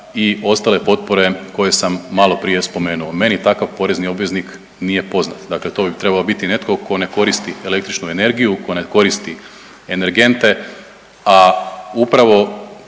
i ostale potpore koje sam malo prije spomenuo. Meni takav porezni obveznik nije poznat. Dakle, to bi trebao biti netko tko ne koristi električnu energiju, tko ne koristi energente, a upravo